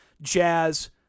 Jazz